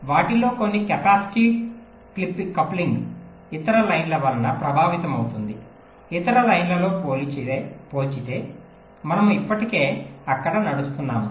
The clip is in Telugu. వాటిలో కొన్ని కెపాసిటీ కప్లింగ్ ఇతర లైన్ల వలన ప్రభావితమవుతుంది ఇతర లైన్లతో పోల్చితే మనము ఇప్పటికే అక్కడ నడుస్తున్నాము